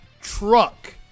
truck